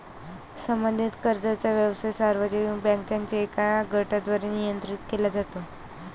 संबंधित कर्जाचा व्यवसाय सार्वजनिक बँकांच्या एका गटाद्वारे नियंत्रित केला जातो